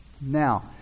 Now